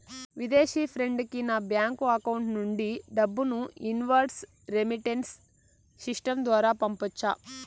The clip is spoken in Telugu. విదేశీ ఫ్రెండ్ కి నా బ్యాంకు అకౌంట్ నుండి డబ్బును ఇన్వార్డ్ రెమిట్టెన్స్ సిస్టం ద్వారా పంపొచ్చా?